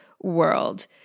world